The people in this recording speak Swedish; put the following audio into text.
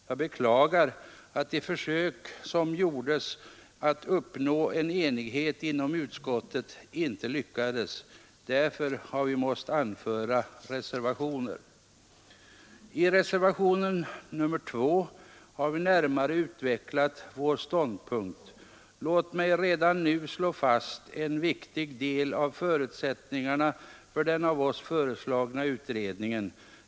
Jag beklagar att de försök som gjordes att uppnå enighet inom utskottet inte lyckades. Därför har vi måst anföra reservationer. I reservationen 2 har vi närmare utvecklat vår ståndpunkt. Låt mig redan nu slå fast en viktig del av förutsättningarna för den av oss föreslagna utredningen.